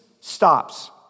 stops